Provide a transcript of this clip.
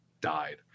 died